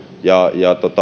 ja